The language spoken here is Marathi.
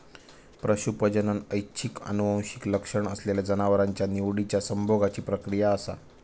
पशू प्रजनन ऐच्छिक आनुवंशिक लक्षण असलेल्या जनावरांच्या निवडिच्या संभोगाची प्रक्रिया असा